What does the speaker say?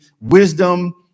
wisdom